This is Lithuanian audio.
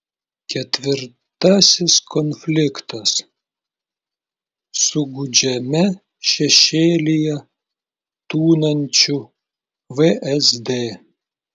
ketvirtasis konfliktas su gūdžiame šešėlyje tūnančiu vsd